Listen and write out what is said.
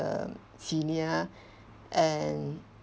um senior and